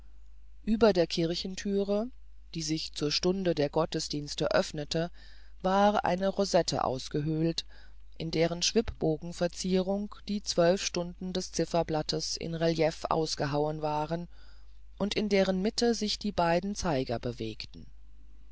ueber der kirchenthüre die sich zur stunde der gottesdienste öffnete war eine rosette ausgehöhlt in deren schwibbogenverzierung die zwölf stunden des zifferblatts in relief ausgehauen waren und in deren mitte sich die beiden zeiger bewegten